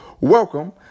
welcome